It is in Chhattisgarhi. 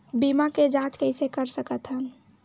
बीमा के जांच कइसे कर सकत हन?